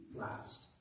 last